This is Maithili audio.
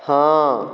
हँ